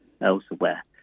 elsewhere